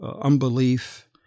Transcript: unbelief